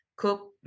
Cook